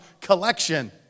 collection